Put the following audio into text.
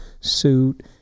suit